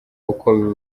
uko